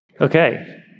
Okay